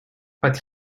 but